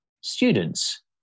students